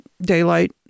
daylight